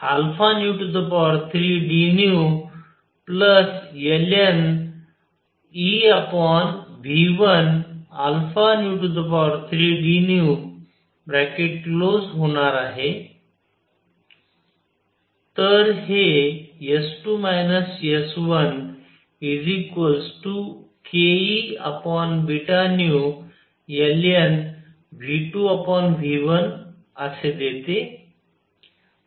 तर हे S2 S1kEβνln⁡V2V1 देते